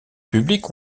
publiques